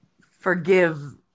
forgive